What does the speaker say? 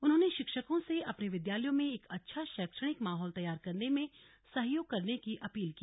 उन्होंने शिक्षकों से अपने विद्यालयों में एक अच्छा शैक्षणिक माहौल तैयार करने में सहयोग करने की अपील की